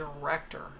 director